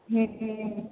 हुँ